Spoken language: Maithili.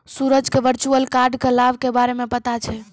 सूरज क वर्चुअल कार्ड क लाभ के बारे मे पता छै